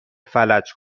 فلج